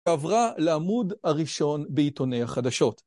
ועברה לעמוד הראשון בעיתוני החדשות.